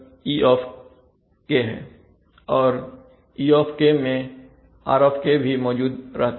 और e मैं r भी मौजूद रहता है